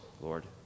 Lord